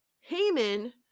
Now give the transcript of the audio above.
Haman